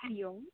हरिः ओम्